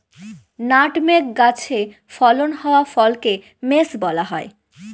nutmeg গাছে ফলন হওয়া ফলকে মেস বলা হয়